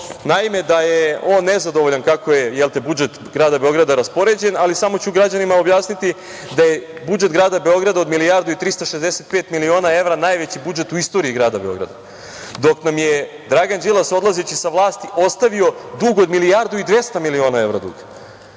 naime, da je on nezadovoljan kako je budžet grada Beograda raspoređen, ali samo ću građanima objasniti da je budžet grada Beograda od milijardu i 365 miliona evra najveći budžet u istoriji grada Beograda. Dok nam je Dragan Đilas odlazeći sa vlati ostavio dug od milijardu i 200 miliona evra duga.